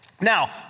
Now